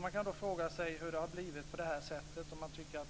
Man kan då fråga sig hur det har blivit på det här sättet,